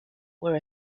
were